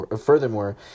Furthermore